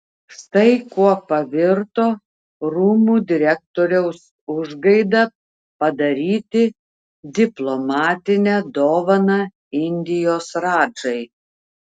štai kuo pavirto rūmų direktoriaus užgaida padaryti diplomatinę dovaną indijos radžai